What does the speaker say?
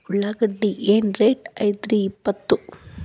ಉಳ್ಳಾಗಡ್ಡಿ ಏನ್ ರೇಟ್ ಐತ್ರೇ ಇಪ್ಪತ್ತು?